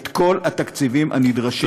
את כל התקציבים הנדרשים,